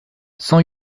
cent